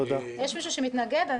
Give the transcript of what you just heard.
יש מישהו שמתנגד?